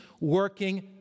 working